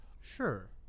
Sure